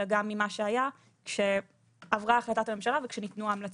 אלא גם ממה שהיה כשעברה החלטת הממשלה וכשניתנו ההמלצות.